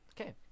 Okay